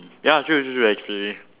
ya true true true actually